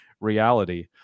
reality